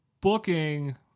booking